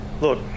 Look